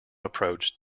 approach